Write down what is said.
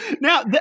Now